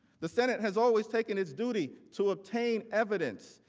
the senate has always taken its duty to obtain evidence,